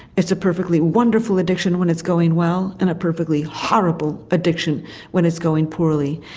it's a perfectly wonderful addiction when it's going well and a perfectly horrible addiction when it's going poorly.